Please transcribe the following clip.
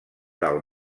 del